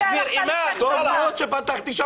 --- טוב מאוד שפתחתי שם.